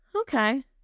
okay